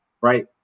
right